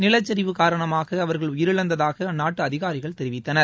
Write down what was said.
நிலச்சரிவு காரணமாக அவர்கள் உயிரிழந்ததாக அந்நாட்டு அதிகாரிகள் தெரிவித்தனர்